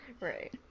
Right